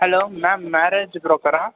hello madam marriage broker